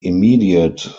immediate